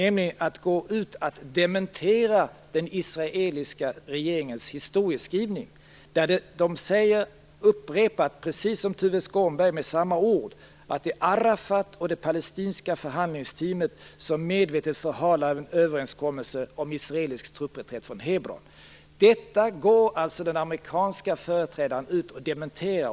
Det gick nämligen ut och dementerade den israeliska regeringens historieskrivning. Israelerna använder precis samma ord som Tuve Skånberg, och säger upprepade gånger att det är Arafat och det palestinska förhandlingsteamet som medvetet förhalar en överenskommelse om israelisk truppreträtt från Hebron. Detta går nu den amerikanska företrädaren ut och dementerar.